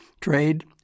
trade